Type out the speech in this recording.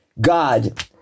God